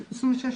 להתייחס.